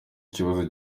ikibazo